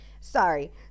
Sorry